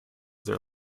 their